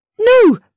No